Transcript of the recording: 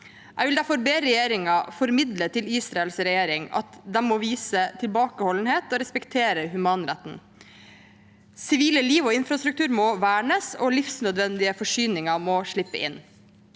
Jeg vil derfor be regjeringen om å formidle til Israels regjering at de må vise tilbakeholdenhet og respektere humanitærretten. Sivile liv og infrastruktur må vernes, og livsnødvendige forsyninger må slippe inn.